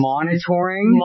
Monitoring